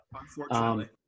Unfortunately